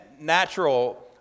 natural